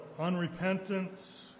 unrepentance